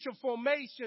formation